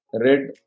red